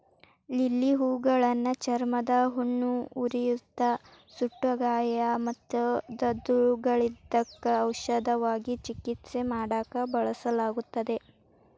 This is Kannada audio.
ಲಿಲ್ಲಿ ಹೂಗಳನ್ನ ಚರ್ಮದ ಹುಣ್ಣು, ಉರಿಯೂತ, ಸುಟ್ಟಗಾಯ ಮತ್ತು ದದ್ದುಗಳಿದ್ದಕ್ಕ ಔಷಧವಾಗಿ ಚಿಕಿತ್ಸೆ ಮಾಡಾಕ ಬಳಸಲಾಗುತ್ತದೆ